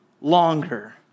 longer